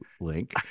link